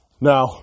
Now